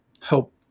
help